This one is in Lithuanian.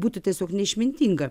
būtų tiesiog neišmintinga